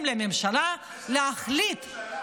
לממשלה להחליט זה שאתם לא בממשלה,